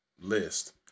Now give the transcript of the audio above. list